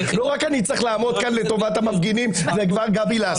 לא רק אני צריך לעמוד כאן לטובת המפגינים וחה"כ גבי לסקי.